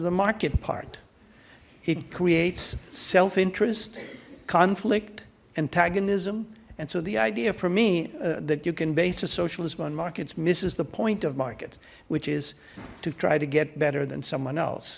the market part it creates self interest conflict antagonism and so the idea for me that you can base a socialism on markets misses the point of markets which is to try to get better than someone else